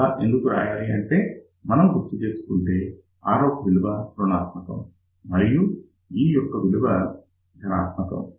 ఇలా ఎందుకు రాయాలంటే మనం గుర్తు చేసుకుంటే Rout విలువ రుణాత్మకం మరియు ఈ యొక్క విలువ ధనాత్మకం